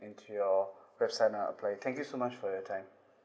into your website when I apply thank you so much for your time